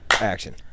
action